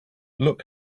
look